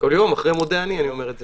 כל יום אחרי "מודה אני" אני אומר את זה.